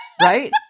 Right